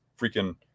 freaking